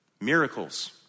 Miracles